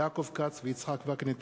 יעקב כץ ויצחק וקנין.